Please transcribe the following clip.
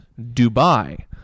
Dubai